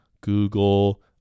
Google